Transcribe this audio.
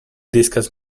discuss